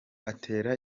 atera